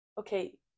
Okay